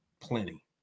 plenty